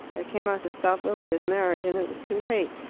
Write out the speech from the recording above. i came out to stop lilia's marriage, and it was too late.